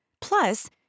Plus